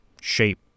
shape